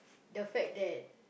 the fact that